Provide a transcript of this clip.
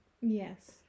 Yes